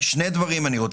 שני דברי: